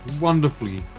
wonderfully